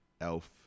elf